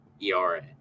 ERA